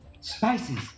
spices